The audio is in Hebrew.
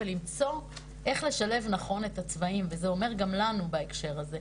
ולמצוא איך לשלב נכון את הצבעים וזה אומר גם לנו בהקשר הזה,